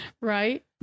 Right